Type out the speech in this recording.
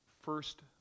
first